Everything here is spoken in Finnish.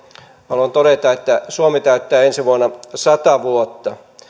haluan todeta että suomi täyttää ensi vuonna sata vuotta